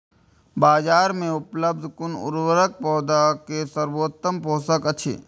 बाजार में उपलब्ध कुन उर्वरक पौधा के सर्वोत्तम पोषक अछि?